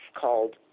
called